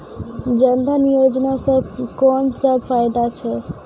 जनधन योजना सॅ कून सब फायदा छै?